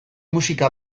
musika